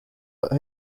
but